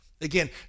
Again